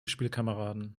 spielkameraden